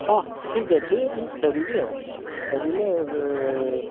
ହଁ ଠିକ୍ ଅଛି ମୁଁ ଫେରିବି ଆଉ ଫେରିଲେ